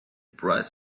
bright